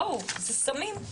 בואו, זה סמים.